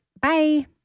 Bye